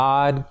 God